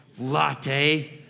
latte